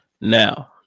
Now